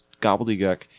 gobbledygook